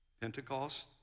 Pentecost